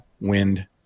wind